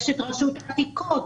יש את רשות העתיקות,